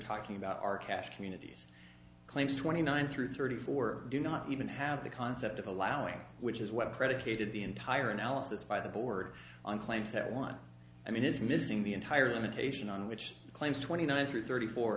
talking about are cash communities claims twenty nine through thirty four do not even have the concept of allowing which is what predicated the entire analysis by the board on claims that one i mean is missing the entire limitation on which claims twenty nine through thirty four